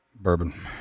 bourbon